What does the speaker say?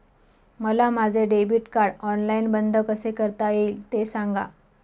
मला माझे debit card online बंद कसे करता येईल, ते सांगा